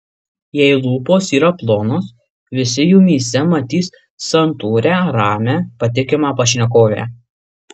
jei lūpos yra plonos visi jumyse matys santūrią ramią patikimą pašnekovę